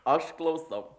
aš klausau